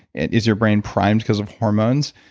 and is your brain primed because of hormones?